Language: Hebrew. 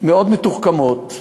מאוד מתוחכמות,